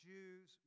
Jews